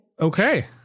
Okay